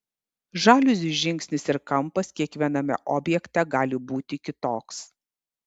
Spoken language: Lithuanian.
žaliuzių žingsnis ir kampas kiekviename objekte gali būti kitoks